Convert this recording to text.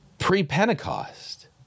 Pre-Pentecost